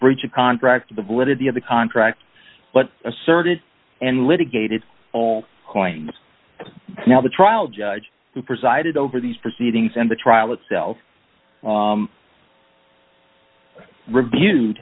breach of contract the validity of the contract but asserted and litigated all coins now the trial judge who presided over these proceedings and the trial itself review